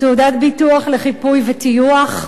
תעודת ביטוח לחיפוי וטיוח.